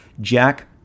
Jack